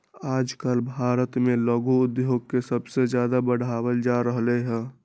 आजकल भारत में लघु उद्योग के सबसे ज्यादा बढ़ावल जा रहले है